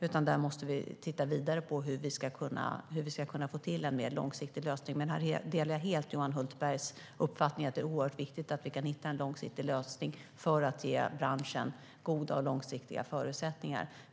Vi måste därför titta vidare på hur vi kan få till en mer långsiktig lösning. Jag delar helt Johan Hultbergs uppfattning att det är viktigt att vi hittar en långsiktig lösning för att ge branschen goda och långsiktiga förutsättningar.